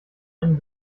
einen